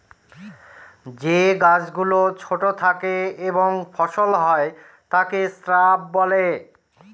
যে গাছ গুলো ছোট থাকে এবং ফল হয় তাকে শ্রাব বলে